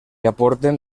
aporten